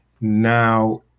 now